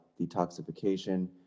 detoxification